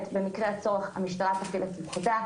במקרה הצורך המשטרה תפעיל את סמכותה.